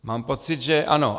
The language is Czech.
Mám pocit, že ano.